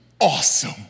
awesome